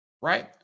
right